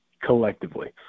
collectively